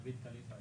דוד כליפה,